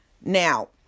Now